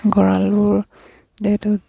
গঁৰালবোৰ